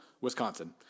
Wisconsin